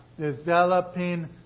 developing